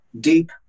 deep